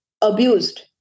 abused